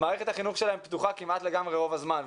מערכת החינוך שלהם פתוחה כמעט לגמרי רוב הזמן.